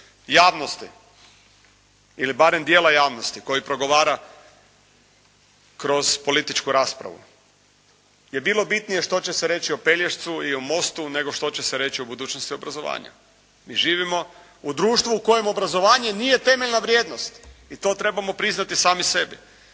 javnosti ili barem dijela javnosti koji progovara kroz političku raspravu, je bilo bitnije što će se reći o Pelješcu i o mostu nego što će se reći o budućnosti obrazovanja. Mi živimo u društvu u kojem obrazovanje nije temeljna vrijednost i to trebamo priznati sami sebi.